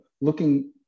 looking